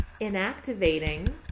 inactivating